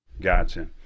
Gotcha